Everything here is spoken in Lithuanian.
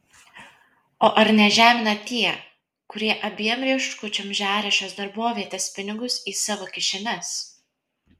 o ar nežemina tie kurie abiem rieškučiom žeria šios darbovietės pinigus į savo kišenes